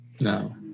No